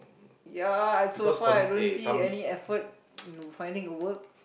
ya I so far I don't see any effort in finding a work